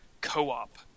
co-op